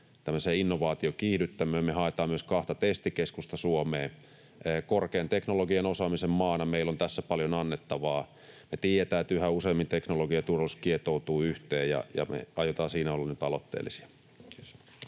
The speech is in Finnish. tämmöiseen DIANA-innovaatiokiihdyttämöön. Me haetaan myös kahta testikeskusta Suomeen. Korkean teknologian osaamisen maana meillä on tässä paljon annettavaa. Me tiedetään, että yhä useammin teknologia ja turvallisuus kietoutuvat yhteen, ja me aiotaan siinä olla nyt aloitteellisia.